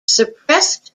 suppressed